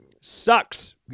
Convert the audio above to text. sucks